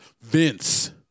Vince